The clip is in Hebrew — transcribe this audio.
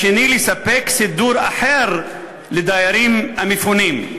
השני, לספק סידור אחר לדיירים המפונים.